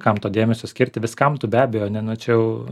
kam to dėmesio skirti viskam tu be abejo ne nu čia jau